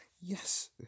Yes